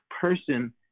person